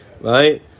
Right